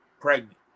pregnant